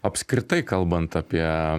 apskritai kalbant apie